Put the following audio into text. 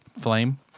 Flame